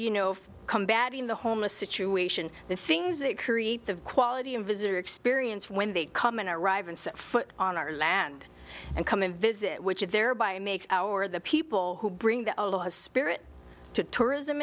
you know combating the homeless situation the things that create the quality of visitor experience when they come and arrive and set foot on our land and come and visit which is thereby make our the people who bring the aloha spirit to tourism